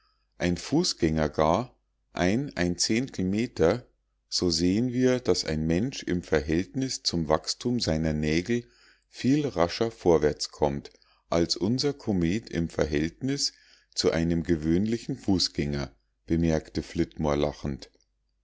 ein fußgänger gar meter so sehen wir daß ein mensch im verhältnis zum wachstum seiner nägel viel rascher vorwärtskommt als unser komet im verhältnis zu einem gewöhnlichen fußgänger bemerkte flitmore lachend